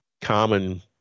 common